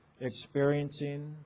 experiencing